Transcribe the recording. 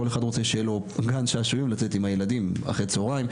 כל אחד רוצה שיהיה לו גן שעשועים לצאת עם הילדים אחרי הצהריים.